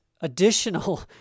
additional